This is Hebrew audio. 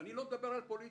לא מדבר על פוליטיקה.